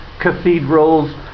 cathedrals